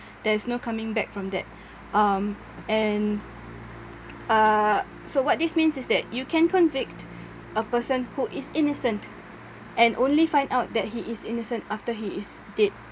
there is no coming back from that um and uh so what this means is that you can convict a person who is innocent and only find out that he is innocent after he is dead